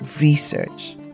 research